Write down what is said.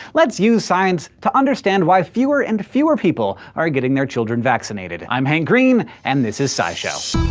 let's use science to understand why fewer and fewer people are getting their children vaccinated. i'm hank green, and this is scishow.